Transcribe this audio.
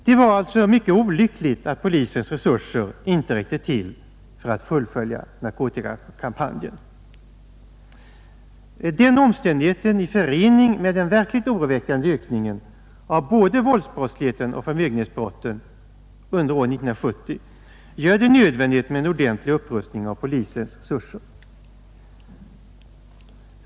Det var alltså mycket olyckligt att polisens resurser inte räckte till för att fullfölja narkotikakampanjen. Den omständigheten i förening med den verkligt oroväckande ökningen av både våldsbrottsligheten och förmögenhetsbrotten under år 1970 gör det nödvändigt med en ordentlig upprustning av polisens resurser.